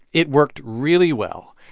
it worked really well.